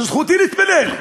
זכותי להתפלל.